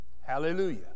Hallelujah